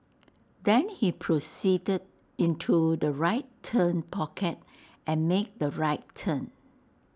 then he proceeded into the right turn pocket and made the right turn